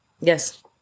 Yes